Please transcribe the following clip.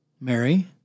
Mary